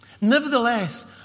Nevertheless